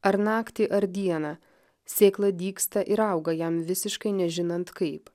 ar naktį ar dieną sėkla dygsta ir auga jam visiškai nežinant kaip